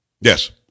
Yes